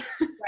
right